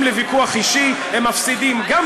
הרי לא נכנסים לוויכוח אישי אלא רעיוני.